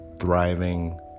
thriving